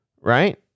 Right